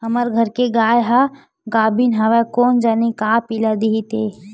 हमर घर के गाय ह गाभिन हवय कोन जनी का पिला दिही ते